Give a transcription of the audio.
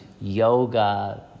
yoga